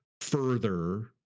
further